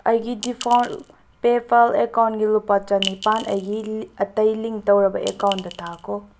ꯑꯩꯒꯤ default PayPal ꯑꯩꯀꯥꯎꯟꯒꯤ ꯂꯨꯄꯥ ꯆꯅꯤꯄꯥꯟ ꯑꯩꯒꯤ ꯑꯇꯩ ꯂꯤꯡ ꯇꯧꯔꯕ ꯑꯦꯀꯥꯎꯟꯇ ꯊꯥꯈꯣ